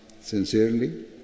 sincerely